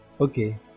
Okay